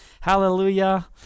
Hallelujah